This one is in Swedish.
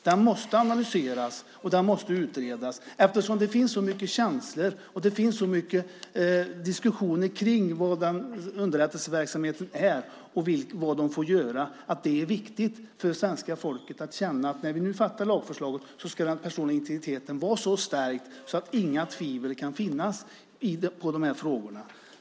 Den måste analyseras och utredas eftersom det finns så mycket känslor inblandande, så mycket diskussioner om vad den underrättelseverksamheten innebär och vad de får göra. Det är viktigt att svenska folket känner att när vi fattar beslut om lagförslaget ska den personliga integriteten vara stärkt på sådant sätt att inga tvivel kan finnas kring dessa frågor.